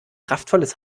kraftvolles